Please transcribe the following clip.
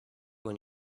when